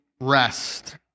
rest